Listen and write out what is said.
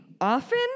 often